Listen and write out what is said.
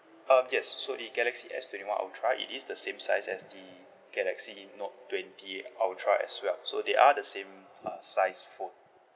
um yes so the galaxy S twenty one ultra it is the same size as the galaxy note twenty ultra as well so they are the same uh size phone